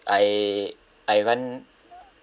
I I run